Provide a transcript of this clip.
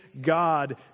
God